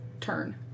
turn